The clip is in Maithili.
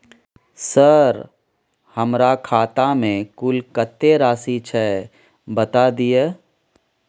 सर हमरा खाता में कुल कत्ते राशि छै बता दिय?